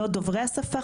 לא דוברי השפה,